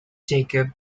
jacob